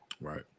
Right